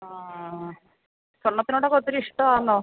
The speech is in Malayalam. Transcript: ആ സ്വർണ്ണത്തിനോടൊക്കെ ഒത്തിരി ഇഷ്ടമാണോ